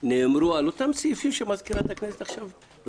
על אותם סעיפים שמזכירת הכנסת עכשיו הקריאה,